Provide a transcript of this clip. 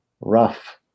rough